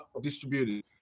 distributed